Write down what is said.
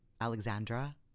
Alexandra